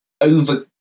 over